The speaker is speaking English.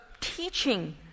teaching